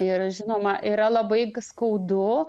ir žinoma yra labai skaudu